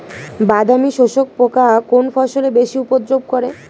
বাদামি শোষক পোকা কোন ফসলে বেশি উপদ্রব করে?